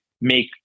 make